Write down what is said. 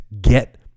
get